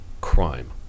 crime